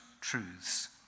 truths